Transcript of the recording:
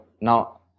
now